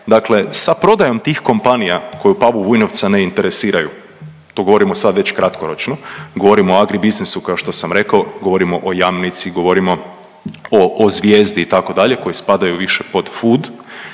Dakle, sa prodajom tih kompanija koju Pavu Vujnovca ne interesiraju, to govorimo sad već kratkoročno, govorimo o agribusinessu, kao što sam rekao, govorimo o Jamnici, govorimo o Zvijezdi, itd., koji spadaju više pod food,